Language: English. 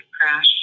crash